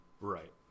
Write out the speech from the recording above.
Right